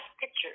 pictures